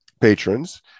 patrons